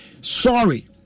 sorry